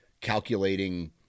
calculating